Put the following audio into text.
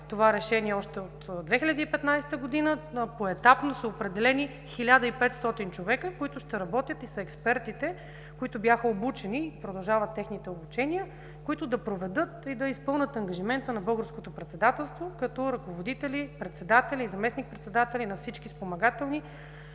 с решение още от 2015 г. поетапно са определени 1500 човека, които ще работят и са експертите – бяха обучени и продължават техните обучения. Те ще проведат и изпълнят ангажимента на българското председателство като ръководители, председатели и заместник-председатели на всички спомагателни